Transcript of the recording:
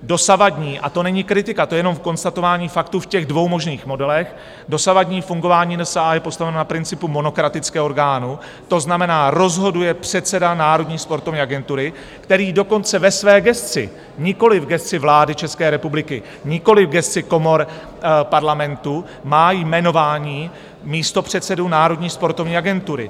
Dosavadní a to není kritika, to jenom v konstatování faktu v těch dvou možných modelech dosavadní fungování NSA je postaveno na principu monokratického orgánu, to znamená, rozhoduje předseda Národní sportovní agentury, který dokonce ve své gesci nikoliv v gesci vlády České republiky, nikoliv v gesci komor Parlamentu má jmenování místopředsedů Národní sportovní agentury.